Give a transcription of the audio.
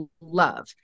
love